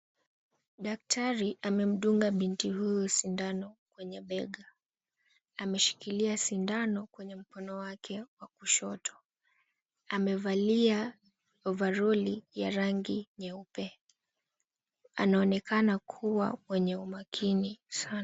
Daktari amemdunga binti huyu sindano kwenye bega, ameshikilia sindano kwenye mkono wake wa kushoto. Amevalia ovaroli ya rangi nyeupe, anaonekana kuwa wenye umakini sana.